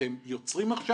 אתם יוצרים עכשיו